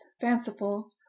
fanciful